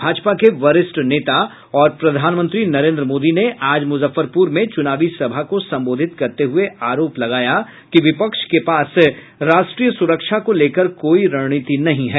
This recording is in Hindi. भाजपा के वरिष्ठ नेता और प्रधानमंत्री नरेन्द्र मोदी ने आज मुजफ्फरपुर में चुनावी सभा को संबोधित करते हुए आरोप लगाया है कि विपक्ष के पास राष्ट्रीय सुरक्षा को लेकर कोई रणनीति नहीं है